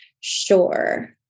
Sure